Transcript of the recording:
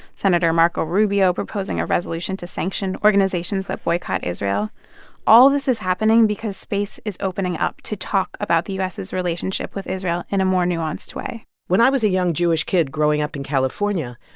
senator marco rubio proposing a resolution to sanction organizations that boycott israel all this is happening because space is opening up to talk about the u s s relationship with israel in a more nuanced way when i was a young jewish kid growing up in california,